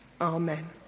Amen